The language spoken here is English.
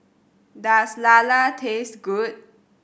does lala taste good